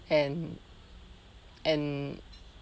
and and